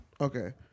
Okay